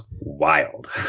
wild